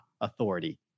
authority